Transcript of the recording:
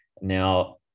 Now